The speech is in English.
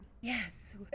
Yes